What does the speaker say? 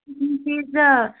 మీ fee